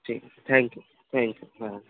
ঠিক আছে thank you thank you হ্যাঁ